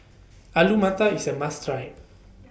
Alu Matar IS A must Try